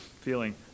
feeling